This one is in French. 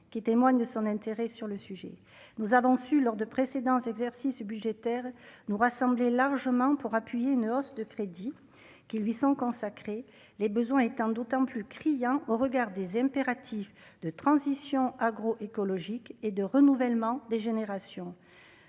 qui témoigne de son intérêt sur le sujet, nous avons su lors de précédents exercices budgétaires nous rassembler largement pour appuyer une hausse de crédit qui lui sont consacrés, les besoins étant d'autant plus criant au regard des impératifs de transition agroécologique et de renouvellement des générations,